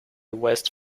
west